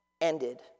ended